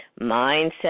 mindset